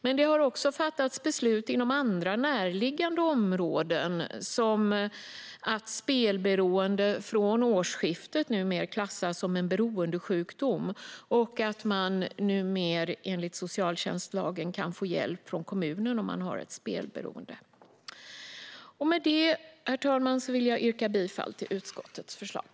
Men det har också fattats beslut inom andra närliggande områden, som att spelberoende från årsskiftet klassas som en beroendesjukdom och att man numera enligt socialtjänstlagen kan få hjälp från kommunen vid spelberoende. Med detta, herr talman, vill jag yrka bifall till utskottets förslag.